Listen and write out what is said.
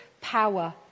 power